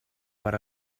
per